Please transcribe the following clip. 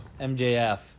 MJF